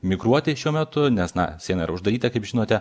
migruoti šiuo metu nes na siena yra uždaryta kaip žinote